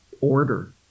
order